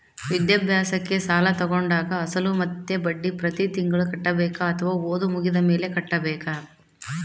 ವಿದ್ಯಾಭ್ಯಾಸಕ್ಕೆ ಸಾಲ ತೋಗೊಂಡಾಗ ಅಸಲು ಮತ್ತೆ ಬಡ್ಡಿ ಪ್ರತಿ ತಿಂಗಳು ಕಟ್ಟಬೇಕಾ ಅಥವಾ ಓದು ಮುಗಿದ ಮೇಲೆ ಕಟ್ಟಬೇಕಾ?